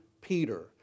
Peter